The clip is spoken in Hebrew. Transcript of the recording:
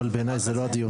אבל בעיניי זה לא הדיון